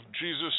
Jesus